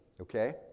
okay